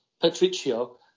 Patricio